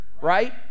right